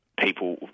people